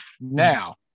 Now